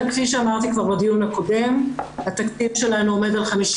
כפי שאמרתי כבר בדיון הקודם התקציב שלנו עומד על 50